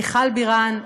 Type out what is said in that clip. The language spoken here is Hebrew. מיכל בירן,